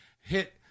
hit